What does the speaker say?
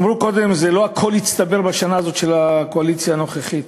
אמרו קודם שלא הכול הצטבר בשנה של הקואליציה הנוכחית.